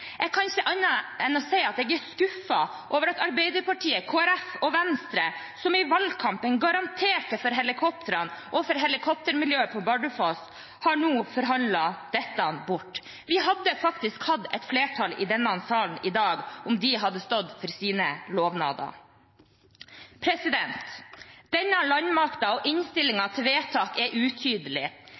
Jeg kan ikke annet enn å si at jeg er skuffet over at Arbeiderpartiet, Kristelig Folkeparti og Venstre, som i valgkampen garanterte for helikoptrene og for helikoptermiljø på Bardufoss, nå har forhandlet dette bort. Vi hadde faktisk hatt flertall i denne salen i dag om de hadde stått ved sine lovnader. Denne landmaktproposisjonen og innstillingens forslag til vedtak er utydelig.